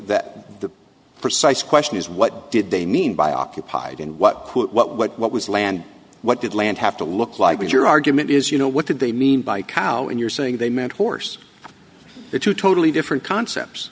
the precise question is what did they mean by occupied and what put what what what was land what did land have to look like what your argument is you know what did they mean by cow and you're saying they meant horse two totally different concepts